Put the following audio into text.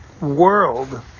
world